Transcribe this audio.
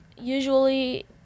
usually